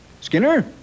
Skinner